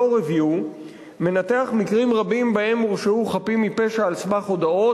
Review מנתח מקרים רבים שבהם הורשעו חפים מפשע על סמך הודאות,